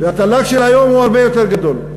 התל"ג של היום הוא הרבה יותר גדול.